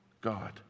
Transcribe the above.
God